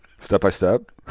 Step-by-step